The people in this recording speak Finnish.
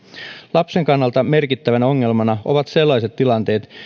lapsen kannalta merkittävänä ongelmana ovat sellaiset tilanteet